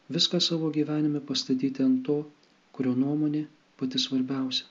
viską savo gyvenime pastatyti ant to kurio nuomonė pati svarbiausia